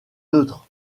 neutre